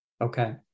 okay